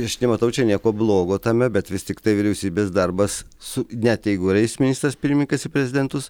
aš nematau čia nieko blogo tame bet vis tiktai vyriausybės darbas su net jeigu ir eis ministras pirmininkas į prezidentus